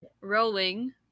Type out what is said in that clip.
rolling